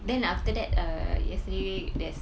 then after that uh yesterday there's